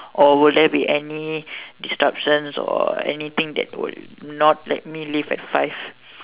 or will there be any disruptions or anything that will not let me leave at five